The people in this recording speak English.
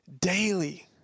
daily